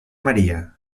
maria